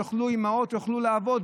שאימהות יוכלו לעבוד,